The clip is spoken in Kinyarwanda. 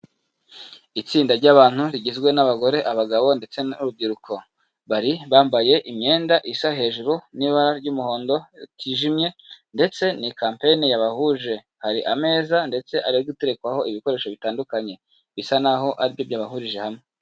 Itsinda ry'abantu rigizwe n'abagore, abagabo, ndetse n'urubyiruko, bari bambaye imyenda isa hejuru n'ibara ry'umuhondo, ryijimye, ndetse ni kampeyini yabahuje, hari ameza ndetse ari guterekwaho ibikoresho bitandukanye, bisa naho aribyo byabahurije hamwe.